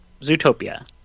Zootopia